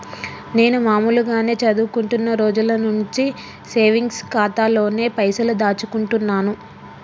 నేను మామూలుగానే చదువుకుంటున్న రోజుల నుంచి సేవింగ్స్ ఖాతాలోనే పైసలు దాచుకుంటున్నాను